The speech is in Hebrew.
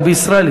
רבי ישראל,